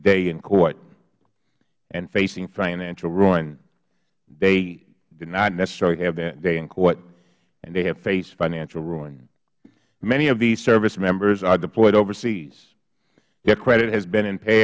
day in court and facing financial ruin they did not necessarily have their day in court and they have faced financial ruin many of these service members are deployed overseas their credit has been